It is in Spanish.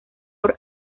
honor